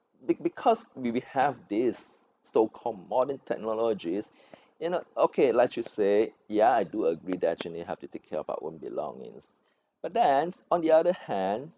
be~ because we we have this so called modern technologies you know okay like to say ya I do agree that you need help to take care of our own belongings but then on the other hand